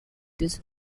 this